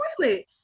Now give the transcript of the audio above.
toilet